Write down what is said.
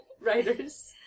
Writers